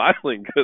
smiling